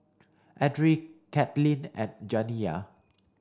Edrie Caitlynn and Janiya